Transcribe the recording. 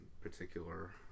particular